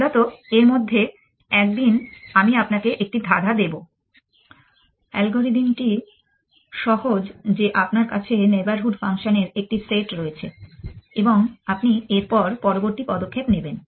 মূলত এর মধ্যে একদিন আমি আপনাকে একটি ধাঁধা দেব অ্যালগোরিদম টি সহজ যে আপনার কাছে নেইবরহুড ফাংশনের একটি সেট রয়েছে এবং আপনি এরপর পরবর্তী পদক্ষেপ নেবেন